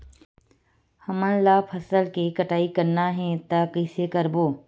हमन ला फसल के कटाई करना हे त कइसे करबो?